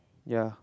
ya